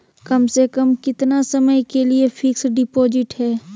कम से कम कितना समय के लिए फिक्स डिपोजिट है?